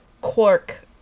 Quark